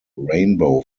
rainbow